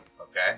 okay